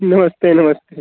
नमस्ते नमस्ते